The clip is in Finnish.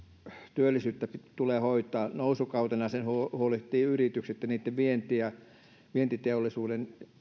työllisyyttä tulee hoitaa nousukautena sen huolehtivat yritykset ja niitten vienti ja vientiteollisuuden